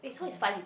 haven't